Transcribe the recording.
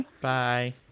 Bye